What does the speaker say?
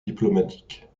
diplomatique